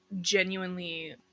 Genuinely